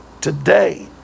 Today